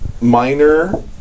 Minor